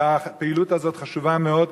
והפעילות הזאת חשובה מאוד,